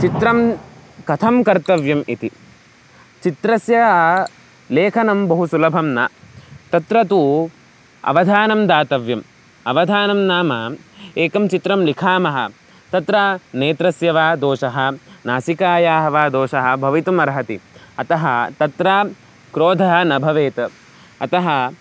चित्रं कथं कर्तव्यम् इति चित्रस्य लेखनं बहु सुलभं न तत्र तु अवधानं दातव्यम् अवधानं नाम एकं चित्रं लिखामः तत्र नेत्रस्य वा दोषः नासिकायाः वा दोषः भवितुमर्हति अतः तत्र क्रोधः न भवेत् अतः